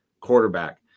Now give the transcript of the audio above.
quarterback